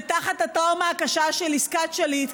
ותחת הטראומה הקשה של עסקת שליט,